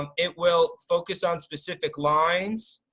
um it will focus on specific lines.